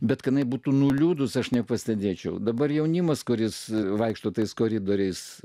bet kad būtų nuliūdus aš nepastebėčiau dabar jaunimas kuris vaikšto tais koridoriais